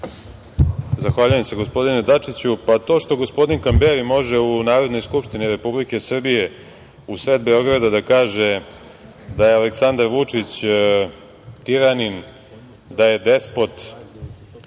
Zahvaljujem se, gospodine Dačiću. To što gospodin Kamberi može u Narodnoj skupštini Republike Srbije, u sred Beograda da kaže da je Aleksandar Vučić tiranin, da je despot,